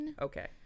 Okay